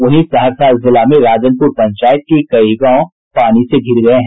वहीं सहरसा जिला में राजनपुर पंचायत के कई गांव पानी से धिर गए हैं